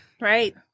right